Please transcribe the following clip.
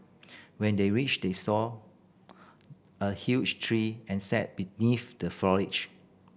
when they reached they saw a huge tree and sat beneath the foliage